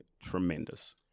tremendous